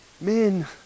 Men